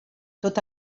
tot